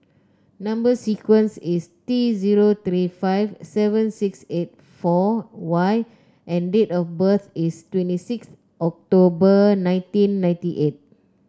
number sequence is T zero three five seven six eight four Y and date of birth is twenty six October nineteen ninety eight